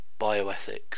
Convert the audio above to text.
bioethics